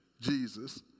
Jesus